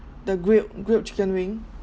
the grilled grilled chicken wing